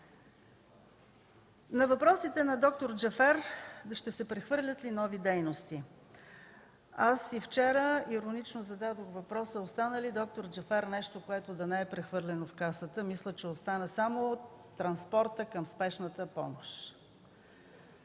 На въпросите на д-р Джафер - ще се прехвърлят ли нови дейности. И вчера иронично зададох въпроса: остана ли, д р Джафер, нещо, което да не е прехвърлено в Касата? Мисля, че остана само транспортът към Спешната помощ.